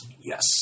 yes